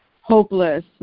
hopeless